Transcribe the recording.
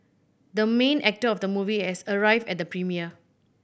the main actor of the movie has arrived at the premiere